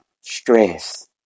Stress